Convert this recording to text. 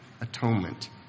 atonement